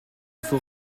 faut